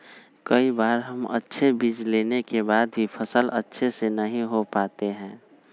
कई बार हम अच्छे बीज लेने के बाद भी फसल अच्छे से नहीं हो पाते हैं?